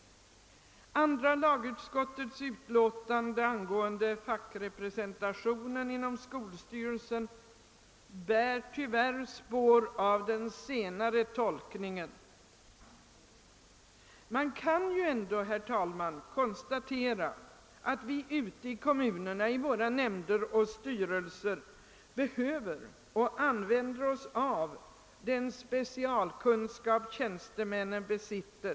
Andra lagutskottets utlåtande angående fackrepresentationen inom skolstyrelsen bär tyvärr spår av den senare inställningen. Man kan ju konstatera att vi ute i kommunernas nämnder och styrelser i stor utsträckning behöver och använder oss av den specialkunskap som tjänstemännen besitter.